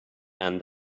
and